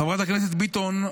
חברת הכנסת ביטון,